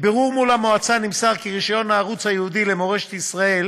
בבירור עם המועצה נמסר כי רישיון הערוץ הייעודי למורשת ישראל